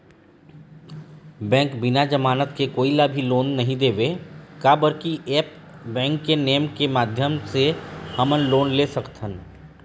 Bank बिना जमानत के कोई ला भी लोन नहीं देवे का बर की ऐप बैंक के नेम के माध्यम से हमन लोन ले सकथन?